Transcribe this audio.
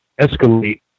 escalate